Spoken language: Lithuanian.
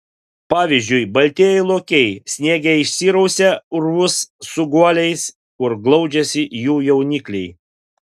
pavyzdžiui baltieji lokiai sniege išsirausia urvus su guoliais kur glaudžiasi jų jaunikliai